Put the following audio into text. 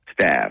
staff